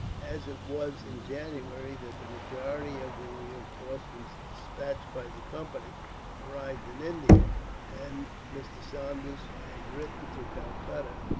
as it was in january that the majority of the reinforcements despatched by the company arrived in india and mr. saunders had written to calcutta,